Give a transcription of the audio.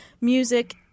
music